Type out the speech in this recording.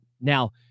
Now